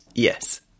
Yes